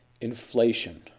inflation